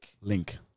Link